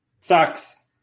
sucks